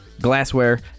glassware